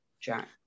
Jack